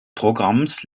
programms